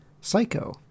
Psycho